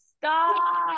Stop